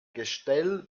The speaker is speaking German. gestell